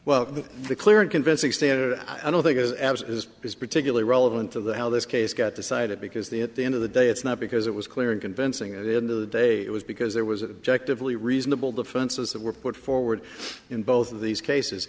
well the clear and convincing standard i don't think is as is particularly relevant to the how this case got decided because the at the end of the day it's not because it was clear and convincing it into the day it was because there was a check to fully reasonable defenses that were put forward in both of these cases